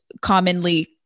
commonly